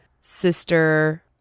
sister